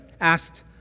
asked